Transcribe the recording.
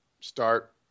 Start